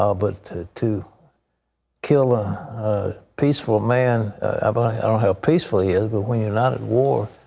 ah but to to kill ah a peaceful man how peaceful he is, but when you're not at war,